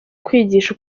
kwigisha